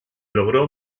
logró